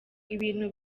ibintu